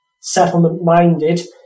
settlement-minded